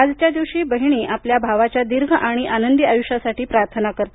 आजच्या दिवशी बहिणी आपल्या भावाच्या दीर्घ आणि आनंदी आयुष्यासाठी प्रार्थना करते